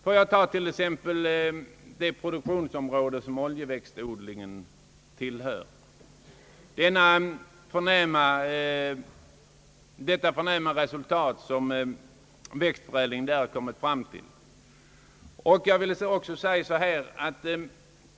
Jag kan ta som exempel det produktionsområde som oljeväxtodlingen tillhör, där förnämliga resultat uppnåtts genom växtförädling.